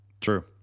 True